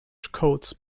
coats